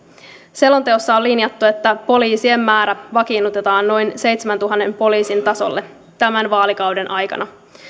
selonteossa on linjattu että poliisien määrä vakiinnutetaan noin seitsemäntuhannen poliisin tasolle tämän vaalikauden aikana